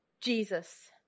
Jesus